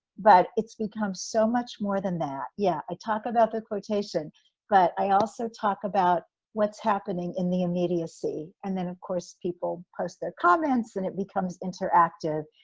but it's become so much more than that. yeah, i talk about the quotation but i also talk about what's happening in the immediacy. and then of course, people post their comments and it becomes interactive.